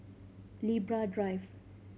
Libra Drive